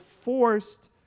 forced